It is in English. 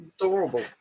Adorable